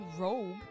robe